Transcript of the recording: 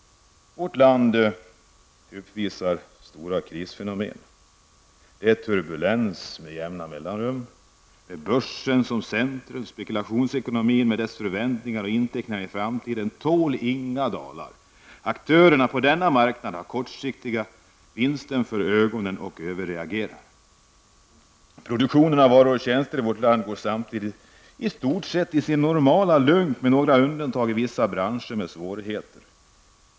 Vårt land uppvisar stora krisfenomen. Det är turbulens med jämna mellanrum, med börsen som centrum. Spekulationsekonomin med dess förväntningar och inteckningar i framtiden tål inga dalar. Aktörerna på denna marknad har de kortsiktiga vinsterna för ögonen och överreagerar. Produktionen av varor och tjänster i vårt land går samtidigt i stort sett i sin normala lunk, med några undantag i vissa branscher som har svårigheter.